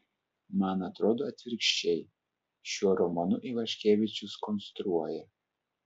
man atrodo atvirkščiai šiuo romanu ivaškevičius konstruoja